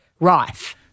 rife